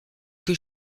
que